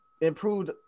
improved